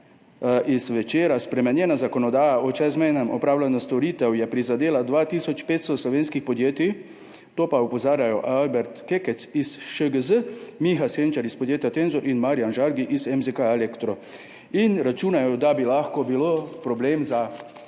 9. 7., spremenjena zakonodaja o čezmejnem opravljanju storitev je prizadela 2 tisoč 500 slovenskih podjetij. Na to opozarjajo Albert Kekec iz ŠGZ, Miha Senčar iz podjetja Tenzor in Marjan Žargi iz MZK Elektro in računajo, da bi lahko bilo problem za